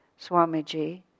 Swamiji